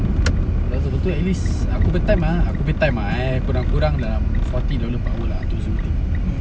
betul betul at least aku punya time ah aku punya time ah eh kurang-kurang dalam forty dollar per hour lah tu zu~ tu